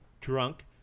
drunk